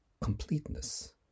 completeness